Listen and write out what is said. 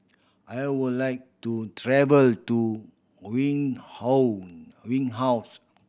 I would like to travel to Windhoek